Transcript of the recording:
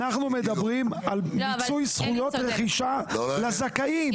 אנחנו מדברים על מיצוי זכויות דרישה לזכאים,